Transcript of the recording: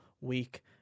week